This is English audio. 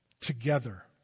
Together